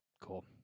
Cool